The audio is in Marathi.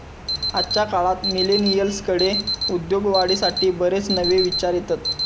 आजच्या काळात मिलेनियल्सकडे उद्योगवाढीसाठी बरेच नवे विचार येतत